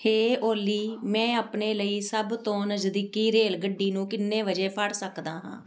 ਹੇ ਓਲੀ ਮੈਂ ਆਪਣੇ ਲਈ ਸਭ ਤੋਂ ਨਜ਼ਦੀਕੀ ਰੇਲਗੱਡੀ ਨੂੰ ਕਿੰਨੇ ਵਜੇ ਫੜ ਸਕਦਾ ਹਾਂ